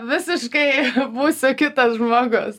visiškai būsiu kitas žmogus